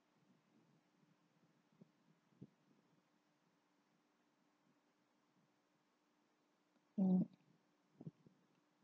mm